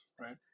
Right